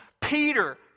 Peter